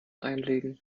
einlegen